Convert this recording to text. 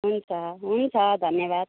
हुन्छ हुन्छ धन्यवाद